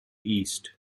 east